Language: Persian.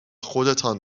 خودتان